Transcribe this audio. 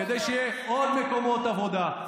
כדי שיהיו עוד מקומות עבודה,